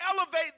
elevate